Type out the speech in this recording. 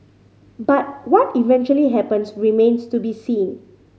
but what eventually happens remains to be seen